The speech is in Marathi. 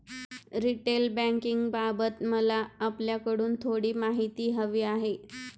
रिटेल बँकिंगबाबत मला आपल्याकडून थोडी माहिती हवी आहे